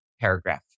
paragraph